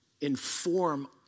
inform